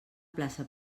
plaça